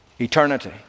Eternity